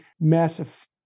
massive